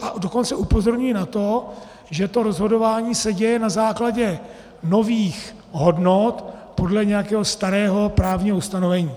A dokonce upozorňují na to, že to rozhodování se děje na základě nových hodnot podle nějakého starého právního ustanovení.